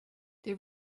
they